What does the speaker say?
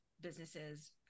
businesses